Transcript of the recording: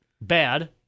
bad